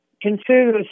consider